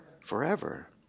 forever